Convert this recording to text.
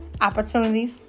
opportunities